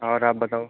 और आप बताओ